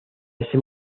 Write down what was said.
ese